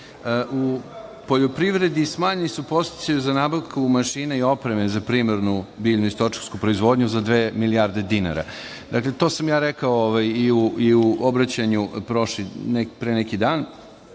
U poljoprivredi smanjeni su podsticaju za nabavku mašina i opreme za primarnu biljnu i stočarsku proizvodnju za dve milijarde dinara. Dakle, to sam ja rekao i u obraćanju pre neki dan